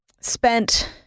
spent